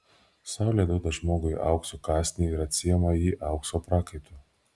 saulė duoda žmogui aukso kąsnį ir atsiima jį aukso prakaitu